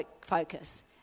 focus